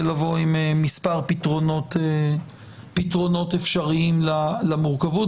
ולבוא עם מספר פתרונות אפשריים למורכבות.